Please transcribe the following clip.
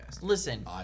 Listen